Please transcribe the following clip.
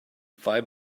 five